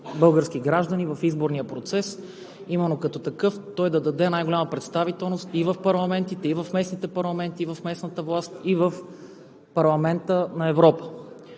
български граждани в изборния процес и именно като такъв той да даде най-голяма представителност и в парламентите, и в местните парламенти, и в местната власт, и в парламента на Европа.